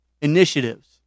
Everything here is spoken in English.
Initiatives